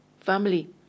Family